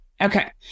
Okay